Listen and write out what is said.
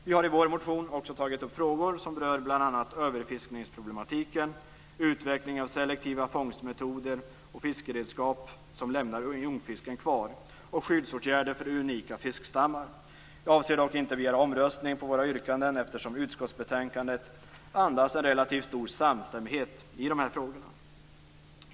Vi har i vår motion också tagit upp frågor som berör bl.a. överfiskningsproblematiken, utveckling av selektiva fångstmetoder och fiskeredskap som lämnar ungfisken kvar och skyddsåtgärder för unika fiskstammar. Jag avser dock inte att begära omröstning om våra yrkanden, eftersom utskottsbetänkandet andas en relativt stor samstämmighet i dessa frågor.